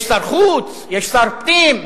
יש שר חוץ, יש שר פנים,